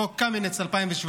חוק קמיניץ ב-2017.